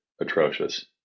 Atrocious